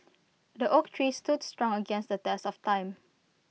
the oak tree stood strong against the test of time